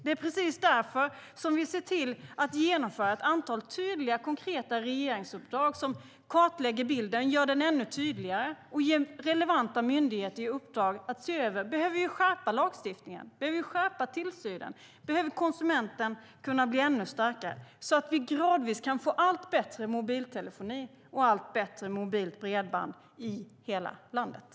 Det är precis därför som vi ser till att genomföra ett antal tydliga och konkreta regeringsuppdrag som kartlägger bilden, gör den ännu tydligare, och ger relevanta myndigheter i uppdrag att se över om vi behöver skärpa lagstiftningen och tillsynen och om konsumenten behöver kunna bli ännu starkare, så att vi gradvis kan få allt bättre mobiltelefoni och allt bättre mobilt bredband i hela landet.